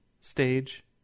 stage